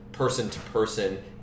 person-to-person